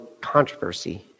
controversy